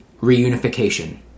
reunification